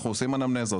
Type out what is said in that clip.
אנחנו עושים אנמנזות,